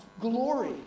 glory